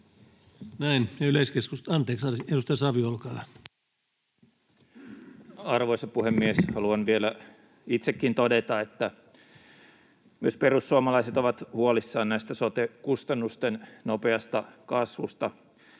lisätalousarviota. Näin. — Edustaja Savio, olkaa hyvä. Arvoisa puhemies! Haluan vielä itsekin todeta, että myös perussuomalaiset ovat huolissaan sote-kustannusten nopeasta kasvusta.